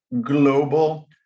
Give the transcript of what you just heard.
global